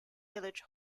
village